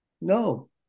No